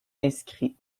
inscrits